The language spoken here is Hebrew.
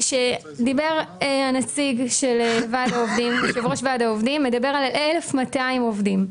שנית, דיבר יושב-ראש ועד העובדים על 1,200 עובדים.